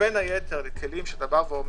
בין היתר, הם כלים שאתה אומר